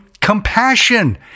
compassion